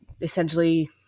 essentially